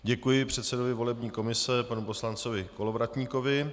Děkuji předsedovi volební komise panu poslanci Kolovratníkovi.